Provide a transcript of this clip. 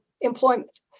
employment